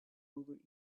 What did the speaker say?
over